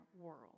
world